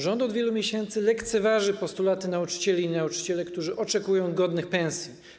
Rząd od wielu miesięcy lekceważy postulaty nauczycieli i nauczycielek, którzy oczekują godnych pensji.